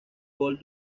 gol